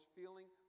feeling